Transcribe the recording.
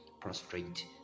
prostrate